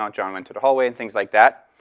um john went to the hallway and things like that.